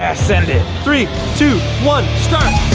ah send it. three, two, one, start.